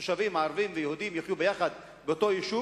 תושבים ערבים ויהודים יחיו יחד באותו יישוב,